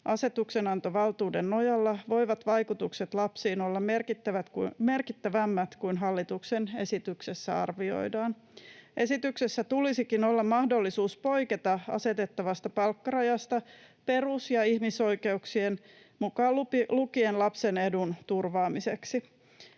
asetuksenantovaltuuden nojalla, voivat vaikutukset lapsiin olla merkittävämmät kuin hallituksen esityksessä arvioidaan. Esityksessä tulisikin olla mahdollisuus poiketa asetettavasta palkkarajasta perus- ja ihmisoikeuksien, mukaan lukien lapsen edun turvaamiseksi.